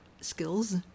skills